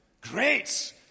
Great